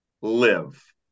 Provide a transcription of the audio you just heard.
Live